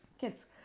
kids